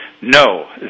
no